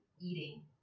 eating